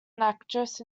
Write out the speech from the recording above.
actress